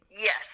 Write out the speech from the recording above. Yes